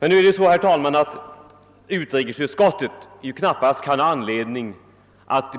Utrikesutskottet har emellertid, herr talman, knappast anledning att